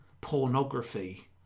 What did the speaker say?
pornography